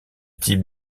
types